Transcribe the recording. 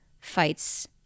fights